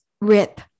Rip